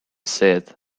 said